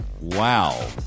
wow